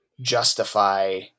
justify